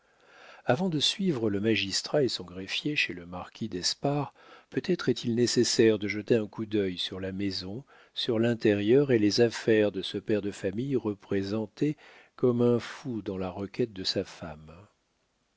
avant de suivre le magistrat et son greffier chez le marquis d'espard peut-être est-il nécessaire de jeter un coup d'œil sur la maison sur l'intérieur et les affaires de ce père de famille représenté comme un fou dans la requête de sa femme